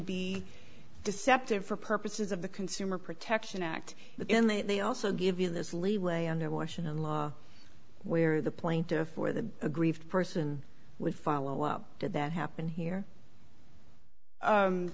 be deceptive for purposes of the consumer protection act in they they also give you this leeway under washington law where the plaintiff or the aggrieved person would follow up did that happen here